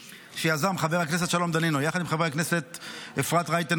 שיזם חבר הכנסת שלום דנינו יחד עם חברי הכנסת אפרת רייטן